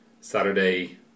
Saturday